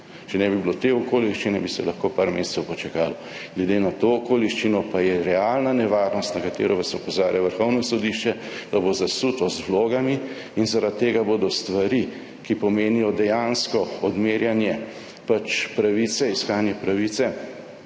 Če ne bi bilo te okoliščine, bi se lahko nekaj mesecev počakalo, glede na to okoliščino pa je realna nevarnost, na katero vas opozarja Vrhovno sodišče, da bo zasuto z vlogami, in zaradi tega bodo stvari, ki pomenijo dejansko odmerjanje pravice, iskanje pravice